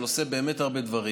אבל הוא עושה באמת הרבה דברים.